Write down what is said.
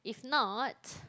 if not